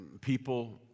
people